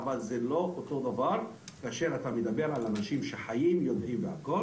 דבר כאשר מדברים על אנשים שחיים את זה.